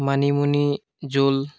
মানিমুনি জোল